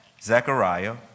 Zechariah